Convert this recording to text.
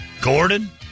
Gordon